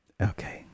okay